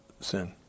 sin